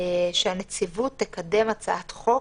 שהנציבות תקדם הצעת חוק.